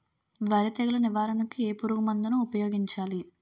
వరి తెగుల నివారణకు ఏ పురుగు మందు ను ఊపాయోగించలి?